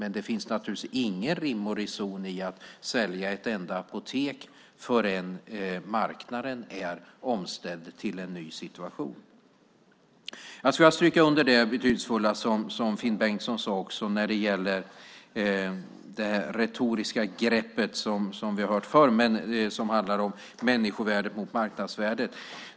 Men det finns naturligtvis ingen rim och reson i att sälja ett enda apotek förrän marknaden är omställd till en ny situation. Jag skulle vilja stryka under det betydelsefulla som Finn Bengtsson sade när det gäller det retoriska grepp som vi har hört förr som handlar om människovärdet mot marknadsvärdet.